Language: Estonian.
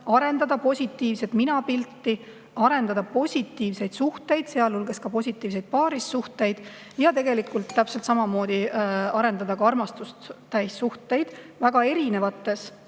arendada positiivset minapilti, arendada positiivseid suhteid, sealhulgas ka positiivseid paarisuhteid ja tegelikult täpselt samamoodi arendada ka armastust täis suhteid väga erinevates